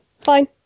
fine